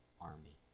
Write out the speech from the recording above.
army